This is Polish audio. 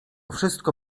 wszystko